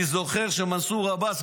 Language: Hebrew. אני זוכר שמנסור עבאס,